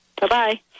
Bye-bye